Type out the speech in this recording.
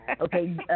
Okay